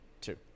Two